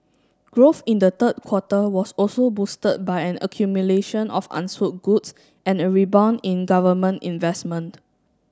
growth in the third quarter was also boosted by an accumulation of unsold goods and a rebound in government investment